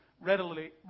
readily